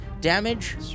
Damage